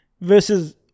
versus